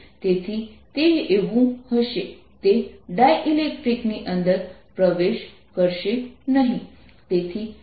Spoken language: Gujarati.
તેથી આ સિલિન્ડ્રિકલ શેલ સિલિન્ડ્રિકલ સિલિન્ડરપર યુનિફોર્મ ઘનતા હોવાને કારણે આ પોટેન્શિયલ છે